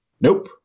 Nope